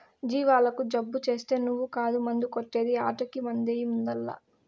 జీవాలకు జబ్బు చేస్తే నువ్వు కాదు మందు కొట్టే ది ఆటకి మందెయ్యి ముందల్ల